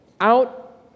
out